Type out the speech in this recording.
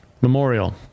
Memorial